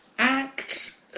act